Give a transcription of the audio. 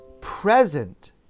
present